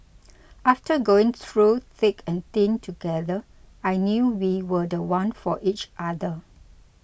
after going through thick and thin together I knew we were the one for each other